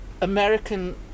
American